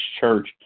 Church